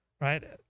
right